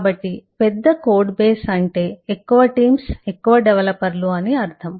కాబట్టి పెద్ద code base అంటే ఎక్కువ టీమ్స్ ఎక్కువ డెవలపర్లు అని అర్ధం